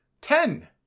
Ten